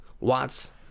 Watts